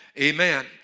Amen